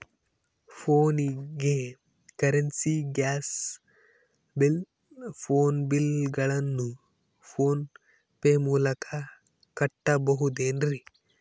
ಫೋನಿಗೆ currency, gas bill, phone bill ಗಳನ್ನು PhonePe ಮೂಲಕ ಕಟ್ಟಬಹುದೇನ್ರಿ?